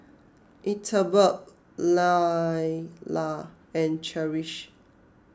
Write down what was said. Ethelbert Lailah and Cherish